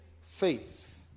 Faith